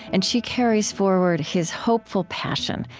and she carries forward his hopeful passion,